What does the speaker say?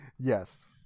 Yes